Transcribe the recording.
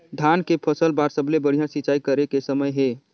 धान के फसल बार सबले बढ़िया सिंचाई करे के समय हे?